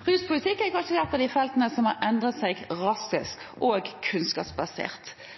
Ruspolitikk er kanskje et av de feltene som har endret seg raskest og rent kunnskapsbasert, men til tross for at vi har fått ganske mange under LAR-behandling og